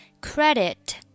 credit